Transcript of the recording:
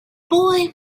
boy